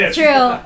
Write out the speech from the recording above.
true